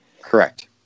Correct